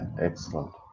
Excellent